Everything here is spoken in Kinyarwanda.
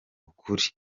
ukuri